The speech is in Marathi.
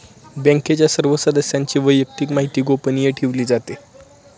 बँकेच्या सर्व सदस्यांची वैयक्तिक माहिती गोपनीय ठेवली जाते